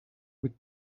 with